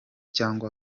cyangwa